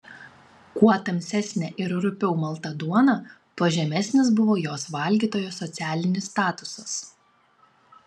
kuo tamsesnė ir rupiau malta duona tuo žemesnis buvo jos valgytojo socialinis statusas